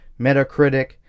Metacritic